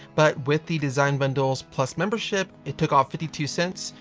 but with the design bundles plus membership, it took off fifty two cents,